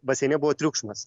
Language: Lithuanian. baseine buvo triukšmas